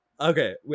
okay